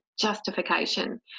justification